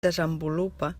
desenvolupa